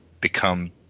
become